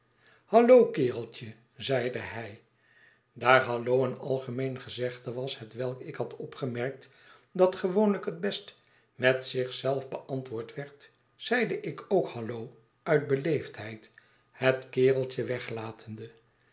hallo kereltje zeide hij daar hallo i een algemeen gezegde was hetwelk ik had opgemerkt dat gewoonlijk het best met zich zelf beantwoord werd zeide ik ook hallo i uit beleefdheid het kereltje weglatende